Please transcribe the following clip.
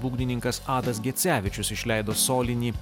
būgnininkas adas gecevičius išleido solinį